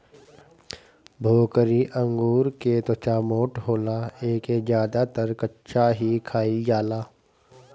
भोकरी अंगूर के त्वचा मोट होला एके ज्यादातर कच्चा ही खाईल जाला